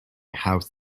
house